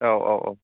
औ औ औ